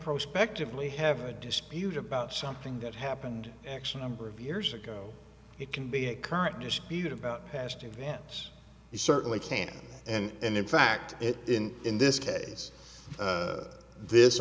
prospect of we have a dispute about something that happened actual number of years ago it can be a current dispute about past events you certainly can't and in fact it in in this case this